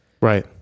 Right